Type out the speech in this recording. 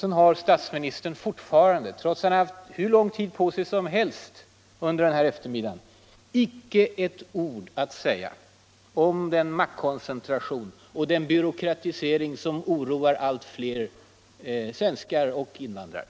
Sedan har statsministern fortfarande, trots att han har haft hur lång tid på sig som helst under den här eftermiddagen, inte ett ord att säga om den maktkoncentration och den byråkratisering som oroar allt fler svenskar och invandrare.